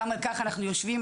גם על כך אנחנו יושבים.